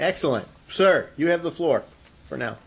excellent sir you have the floor for now